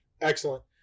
excellent